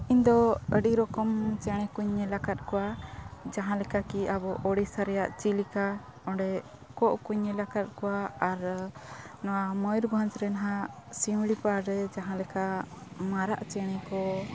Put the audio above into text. ᱤᱧᱫᱚ ᱟᱹᱰᱤ ᱨᱚᱠᱚᱢ ᱪᱮᱬᱮ ᱠᱚᱧ ᱧᱮᱞ ᱟᱠᱟᱫ ᱠᱚᱣᱟ ᱡᱟᱦᱟᱸ ᱞᱮᱠᱟ ᱠᱤ ᱟᱵᱚ ᱩᱲᱤᱥᱥᱟ ᱨᱮᱭᱟᱜ ᱪᱤᱞᱠᱟ ᱚᱸᱰᱮ ᱠᱚᱸᱜ ᱠᱚᱧ ᱧᱮᱞ ᱟᱠᱟᱫ ᱠᱚᱣᱟ ᱟᱨ ᱱᱚᱣᱟ ᱢᱚᱭᱩᱵᱷᱚᱸᱧᱡᱽ ᱨᱮ ᱦᱟᱜ ᱥᱤᱢᱞᱤᱯᱟᱞ ᱨᱮ ᱡᱟᱦᱟᱸ ᱞᱮᱠᱟ ᱢᱟᱨᱟᱜ ᱪᱮᱬᱮ ᱠᱚ